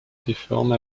déforme